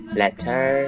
letter